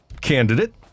candidate